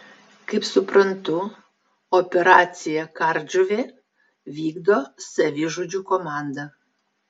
kaip suprantu operaciją kardžuvė vykdo savižudžių komanda